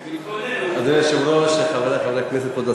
מתכונן, הוא מתכונן.